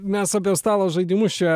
mes apie stalo žaidimus čia